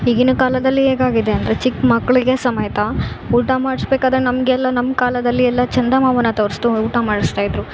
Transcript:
ಈಗಿನ ಕಾಲದಲ್ಲಿ ಹೇಗಾಗಿದೆ ಅಂದರೆ ಚಿಕ್ಕ ಮಕ್ಕಳಿಗೆ ಸಮೇತ ಊಟ ಮಾಡಿಸ್ಬೇಕಾದ್ರೆ ನಮಗೆಲ್ಲ ನಮ್ಮ ಕಾಲದಲ್ಲಿ ಎಲ್ಲ ಚಂದಮಾಮನ ತೋರಿಸ್ತ ಊಟ ಮಾಡಿಸ್ತಾ ಇದ್ರು